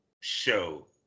show